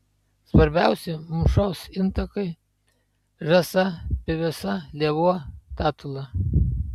svarbiausi mūšos intakai žąsa pyvesa lėvuo tatula